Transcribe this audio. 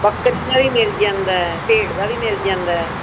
ਬੱਕਰੀ ਦਾ ਵੀ ਮਿਲ ਜਾਂਦਾ ਹੈ ਭੇਡ ਦਾ ਵੀ ਮਿਲ ਜਾਂਦਾ ਹੈ